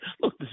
Look